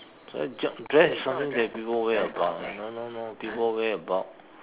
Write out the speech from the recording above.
so is dress is something that people wear about no no no people wear about